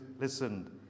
listened